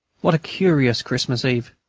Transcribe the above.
what a curious christmas eve!